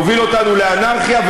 יוביל אותנו לאנרכיה,